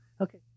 Okay